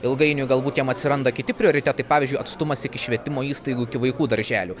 ilgainiui galbūt jam atsiranda kiti prioritetai pavyzdžiui atstumas iki švietimo įstaigų iki vaikų darželių